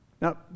Now